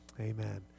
amen